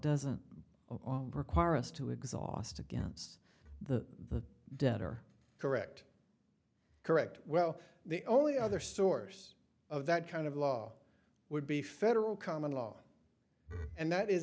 doesn't require us to exhaust against the debtor correct correct well the only other source of that kind of law would be federal common law and that is